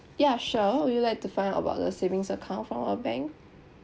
ya sure what would you like to find out about the savings account from our bank